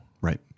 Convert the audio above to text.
right